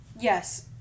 yes